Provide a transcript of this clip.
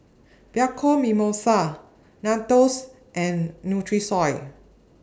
Bianco Mimosa Nandos and Nutrisoy